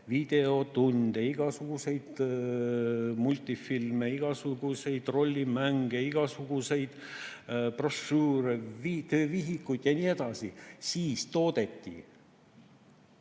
videotunde, igasuguseid multifilme, igasuguseid rollimänge, igasuguseid brošüüre, töövihikuid ja nii edasi siis toodeti.